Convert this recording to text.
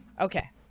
Okay